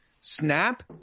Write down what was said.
snap